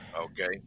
Okay